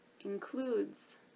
includes